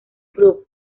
group